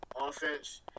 offense